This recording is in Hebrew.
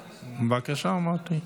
בבקשה, אמרתי.